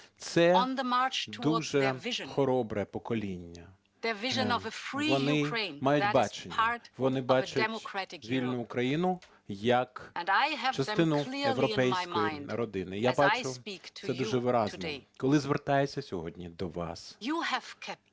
Це дуже хоробре покоління. Вони мають бачення. Вони бачать вільну Україну як частину європейської родини. Я бачу це дуже виразно, коли звертаюся сьогодні до вас.